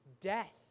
death